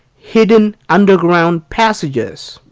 hidden underground passages,